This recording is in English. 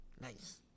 Nice